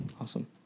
Awesome